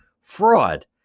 Fraud